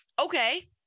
Okay